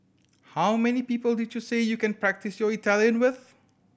how many people did you say you can practise your Italian with